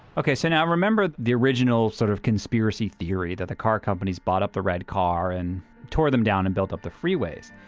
okay. so, now remember the original sort of conspiracy theory that the car companies bought up the red car and tore them down and built up the freeways?